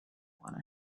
want